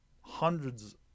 hundreds